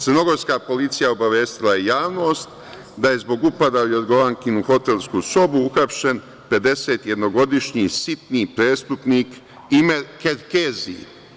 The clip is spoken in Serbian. Crnogorska policija obavestila je javnost da je zbog upada u Jorgovankinu hotelsku sobu uhapšen 51-godišnji sitni prestupnik Imer Kerkezi.